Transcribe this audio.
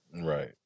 Right